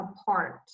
apart